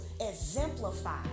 exemplify